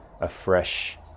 afresh